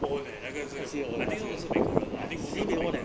own eh 那个是 I think also 被 kua 认 I think own the player